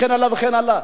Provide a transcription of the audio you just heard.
וכן הלאה וכן הלאה.